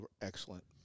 excellent